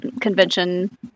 convention